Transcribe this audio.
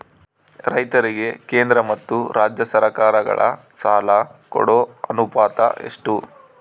ರೈತರಿಗೆ ಕೇಂದ್ರ ಮತ್ತು ರಾಜ್ಯ ಸರಕಾರಗಳ ಸಾಲ ಕೊಡೋ ಅನುಪಾತ ಎಷ್ಟು?